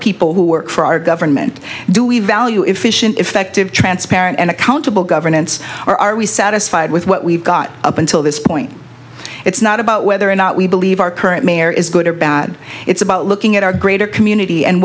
people who work for our government do we value efficient effective transparent and accountable governance or are we satisfied with what we've got up until this point it's not about whether or not we believe our current mayor is good or bad it's about looking at our greater community and